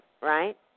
right